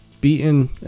beaten